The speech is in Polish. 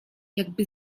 jakby